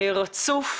רצוף,